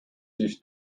siis